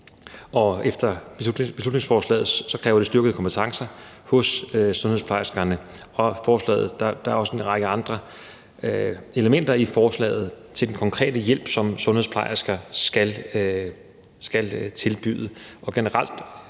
ifølge beslutningsforslaget kræver det styrkede kompetencer hos sundhedsplejerskerne. Der er også en række andre elementer i forslaget vedrørende den konkrete hjælp, som sundhedsplejersker skal tilbyde.